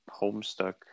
Homestuck